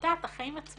את יודעת, החיים עצמם.